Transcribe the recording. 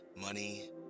money